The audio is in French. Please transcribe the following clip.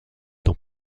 dans